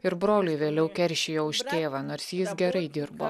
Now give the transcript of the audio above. ir broliai vėliau keršijo už tėvą nors jis gerai dirbo